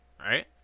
right